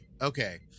okay